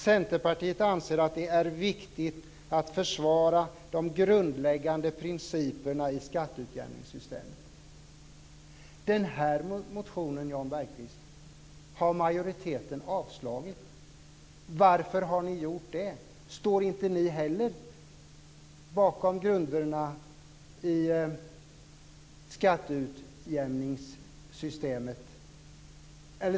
Centerpartiet anser att det är viktigt att försvara de grundläggande principerna i skatteutjämningssystemet. Denna motion, Jan Bergqvist, har majoriteten avstyrkt. Varför har ni gjort det? Står inte ni heller bakom grunderna i skatteutjämningssystemet?